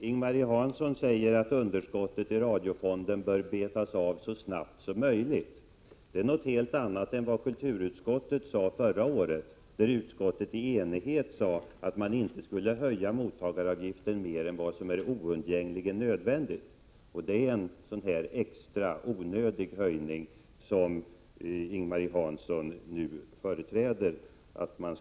Fru talman! Ing-Marie Hansson säger att underskottet i radiofonden bör betas av så snabbt som möjligt. Det är något helt annat än vad kulturutskottet sade förra året, då utskottet var enigt om att man inte skulle höja mottagaravgiften mer än vad som är oundgängligen nödvändigt. Och det är en sådan här extra, onödig höjning som Ing-Marie Hansson nu förespråkar.